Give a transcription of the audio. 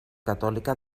catòlica